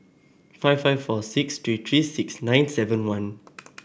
five five four six three three six nine seven one